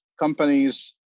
companies